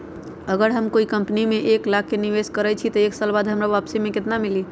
अगर हम कोई कंपनी में एक लाख के निवेस करईछी त एक साल बाद हमरा वापसी में केतना मिली?